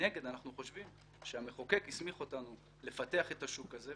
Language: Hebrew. מנגד אנחנו חושבים שהמחוקק הסמיך אותנו לפתח את השוק הזה,